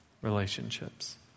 relationships